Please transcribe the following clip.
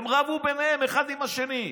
הם רבו ביניהם אחד עם השני,